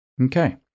Okay